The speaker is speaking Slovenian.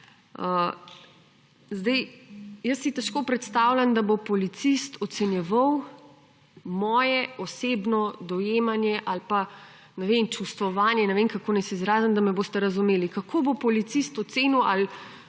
Težko si predstavljam, da bo policist ocenjeval moje osebno dojemanje ali pa čustvovanje, ne vem, kako naj se izrazim, da me boste razumeli. Kako bo policist ocenil, ali